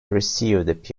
received